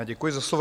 Děkuji za slovo.